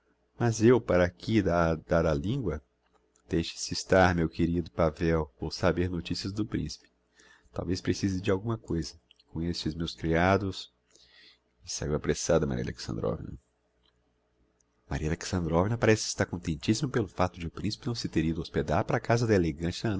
mas eu para aqui a dar á lingua deixe-se estar meu querido pavel vou saber noticias do principe talvez precise de alguma coisa e com estes meus criados e saiu apressada maria alexandrovna maria alexandrovna parece estar contentissima pelo facto de o principe não se ter ido hospedar para casa da elegante